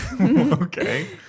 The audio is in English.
Okay